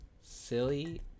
Silly